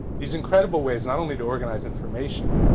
these incredible ways not only to organize information